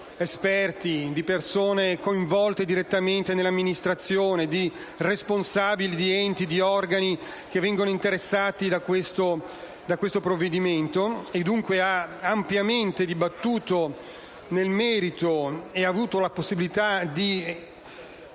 esperti e persone coinvolte direttamente nell'amministrazione, di responsabili, di enti e di organi che vengono interessati da questo provvedimento. Dunque, la Commissione ha ampiamente dibattuto nel merito e ha avuto la possibilità di